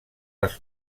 les